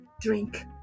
drink